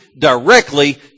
directly